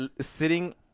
sitting